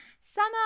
summer